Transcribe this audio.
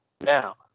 Now